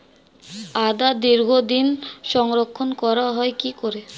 আদা দীর্ঘদিন সংরক্ষণ করা হয় কি করে?